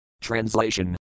Translation